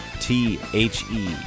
T-H-E